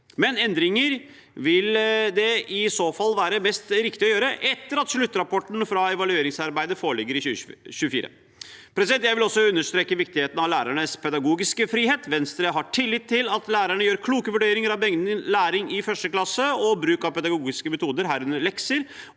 Endringer vil det i så fall være mest riktig å gjøre etter at sluttrapporten fra evalueringsarbeidet foreligger i 2024. Jeg vil også understreke viktigheten av lærernes pedagogiske frihet. Venstre har tillit til at lærerne gjør kloke vurderinger av mengden læring i 1. klasse og bruk av pedagogiske metoder – herunder lekser